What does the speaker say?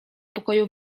pokoju